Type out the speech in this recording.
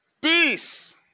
Peace